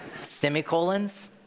Semicolons